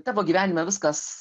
tavo gyvenime viskas